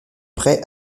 prêt